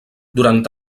durant